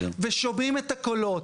ושומעים את הקולות.